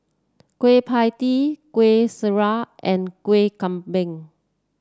Kueh Pie Tee Kueh Syara and Kueh Kambing